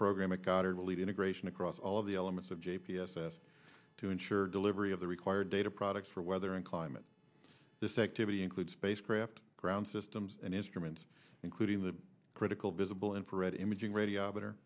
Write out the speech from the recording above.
program at goddard will lead integration across all of the elements of j p s s to ensure delivery of the required data products for weather and climate this activity include spacecraft ground systems and instruments including the critical visible infrared imaging radio